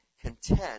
content